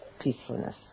peacefulness